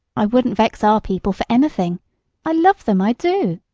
i wouldn't vex our people for anything i love them, i do,